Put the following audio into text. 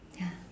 ya